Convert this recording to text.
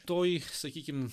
toj sakykim